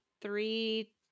three